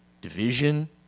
division